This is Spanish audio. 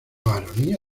baronía